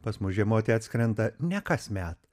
pas mus žiemoti atskrenda ne kasmet